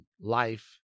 life